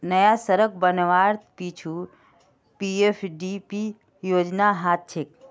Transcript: नया सड़क बनवार पीछू पीएफडीपी योजनार हाथ छेक